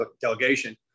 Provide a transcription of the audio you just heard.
delegation